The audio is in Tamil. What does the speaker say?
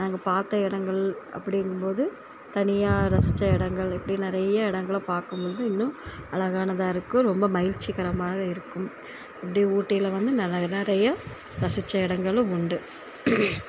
நாங்கள் பார்த்த இடங்கள் அப்படிங்கும் போது தனியாக ரசித்த இடங்கள் இப்படி நிறைய இடங்கள பார்க்கும் போது இன்னும் அழகானதாக இருக்கும் ரொம்ப மகிழ்ச்சிகரமாக இருக்கும் இப்படி ஊட்டியில் வந்து நாங்கள் நாங்கள் நிறைய ரசித்த இடங்களும் உண்டு